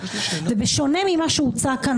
בשונה ממה שהוצג כאן,